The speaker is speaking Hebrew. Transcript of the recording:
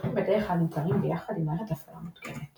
מחשבים בדרך כלל נמכרים ביחד עם מערכת הפעלה מותקנת.